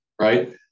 right